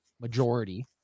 majority